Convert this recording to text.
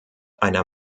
einer